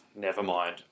Nevermind